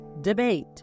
debate